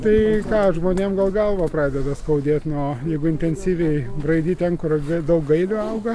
tai ką žmonėm galvą pradeda skaudėt nu jeigu intensyviai braidyt ten kur daug gailių auga